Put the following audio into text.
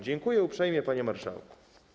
Dziękuję uprzejmie, panie marszałku.